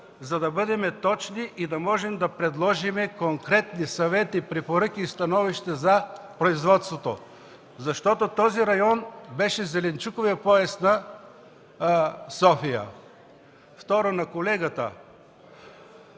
за да бъдем точни и да можем да предложим конкретни съвети, препоръки и становища за производството, защото този район беше зеленчуковият пояс на София. Второ, ще